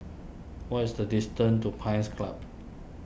what is the distance to Pines Club